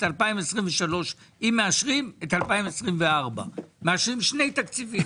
2023 ואם מאשרים את 2024 מאשרים שני תקציבים.